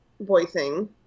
voicing